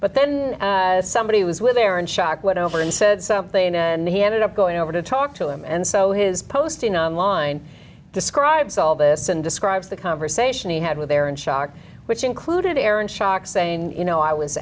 but then somebody was with their in shock what over and said something and he ended up going over to talk to him and so his posting on line describes all this and describes the conversation he had with aaron schock which included aaron schock saying you know i was